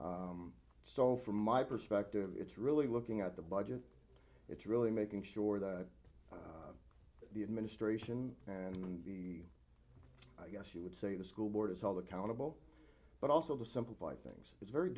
so from my perspective it's really looking at the budget it's really making sure that the administration and the i guess you would say the school board is held accountable but also to simplify things it's very